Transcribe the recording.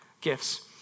gifts